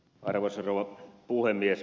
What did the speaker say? arvoisa rouva puhemies